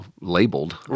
labeled